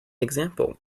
example